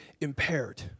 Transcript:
impaired